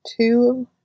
Two